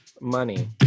money